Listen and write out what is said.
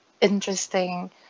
interesting